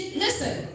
listen